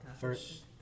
first